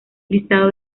listado